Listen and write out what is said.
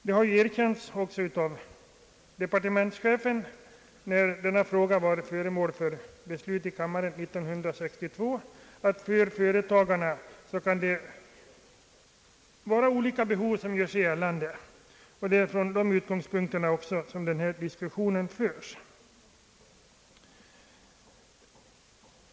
Det har erkänts av departementschefen när denna fråga var föremål för beslut i kammaren 1962, att det för företagarna kan finnas olika behov av försäkringsskydd som gör sig gällande. Det är från dessa utgångspunkter som diskussioner förts.